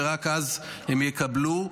ורק אז הם יקבלו.